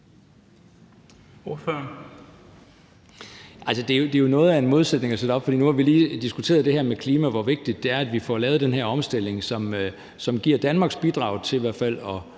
Det er jo noget af en modsætning at stille op, for nu har vi lige diskuteret det her med klima, og hvor vigtigt det er, at vi får lavet den her omstilling, som giver Danmarks bidrag til i hvert fald at